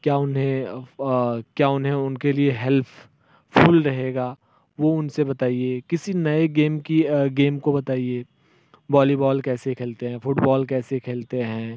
क्या उन्हें क्या उन्हें उनके लिए हेल्फफुल रहेगा वो उनसे बताइए किसी नए गेम की गेम को बताइए वॉलीबॉल कैसे खेलते हैं फुटबॉल कैसे खेलते हैं